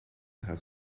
gaat